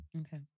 Okay